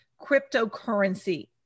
cryptocurrency